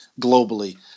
globally